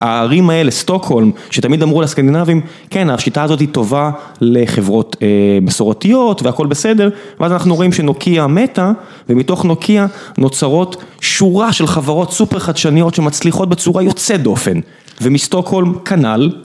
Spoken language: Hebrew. הערים האלה, סטוקהולם, שתמיד אמרו לסקנדינבים, כן, השיטה הזאת היא טובה לחברות מסורתיות והכל בסדר ואז אנחנו רואים שנוקיה מתה ומתוך נוקיה נוצרות שורה של חברות סופר חדשניות שמצליחות בצורה יוצאת דופן ומשטוקהולם כנ"ל